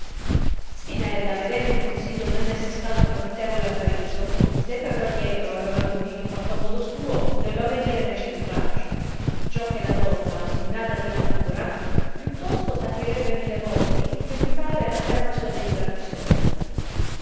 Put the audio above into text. spinella vedendo il consiglio non esser stato profittevole al marito se per lo adietro aveva d un dito fatto a modo suo nello avenire fece d un braccio perciò che la donna ostinata per natura più tosto patirebbe mille morti che mutare la ferma sua deliberazione